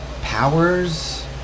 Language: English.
powers